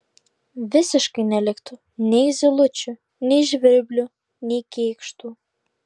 visiškai neliktų nei zylučių nei žvirblių nei kėkštų